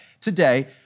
today